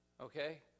Okay